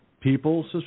People